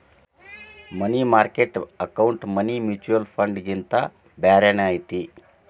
ಮನಿ market account money mutual ಫಂಡ್ಗಿಂತ ಬ್ಯಾರೇನ ಐತಿ